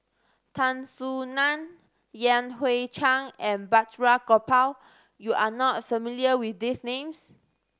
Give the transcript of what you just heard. Tan Soo Nan Yan Hui Chang and Balraj Gopal you are not familiar with these names